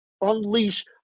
unleash